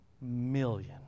million